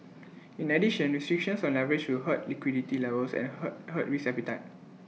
in addition restrictions on leverage will hurt liquidity levels and hurt hurt risk appetite